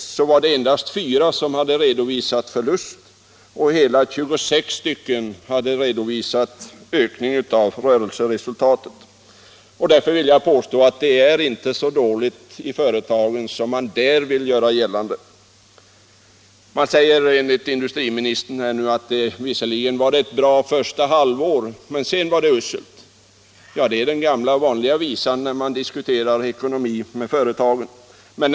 Det var endast fyra som redovisade förlust, medan inte mindre än 26 hade redovisat ökning av rörelseresultatet. Därför vill jag påstå att det inte är så dåligt ställt i företagen som man från deras håll vill göra gällande. Industriministern säger visserligen nu att företagsamheten hade ett bra första halvår men att det sedan gick uselt. Ja, det är den gamla vanliga visan när man diskuterar företagens ekonomi.